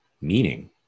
Meaning